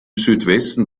südwesten